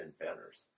inventors